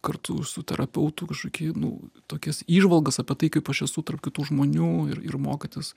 kartu su terapeutu kažkokį nu tokias įžvalgas apie tai kaip aš esu tarp kitų žmonių ir ir mokytis